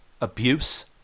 abuse